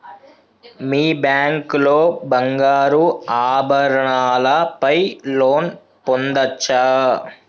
మీ bank లో బంగారు ఆభరణాల పై లోన్ పొందచ్చా?